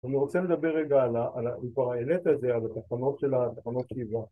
‫אני רוצה לדבר רגע ‫על ה... על ה... אם כבר העלית את זה... על התחנות של ה... התחנות שאיבה.